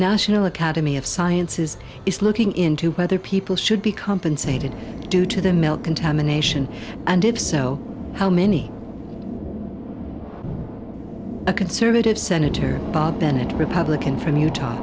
national academy of sciences is looking into whether people should be compensated due to the mill contamination and if so how many a conservative senator bob bennett republican from utah